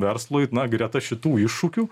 verslui na greta šitų iššūkių